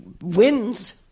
wins